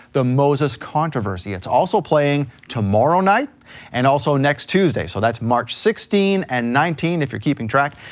the moses controversy. it's also playing tomorrow night and also next tuesday. so that's march sixteen and nineteen if you're keeping track.